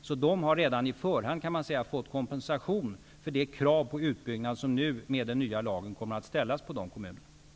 Man kan säga att de redan på förhand fått kompensation för det krav på utbyggnad som kommer att ställas på dessa kommuner med den nya lagen.